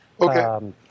Okay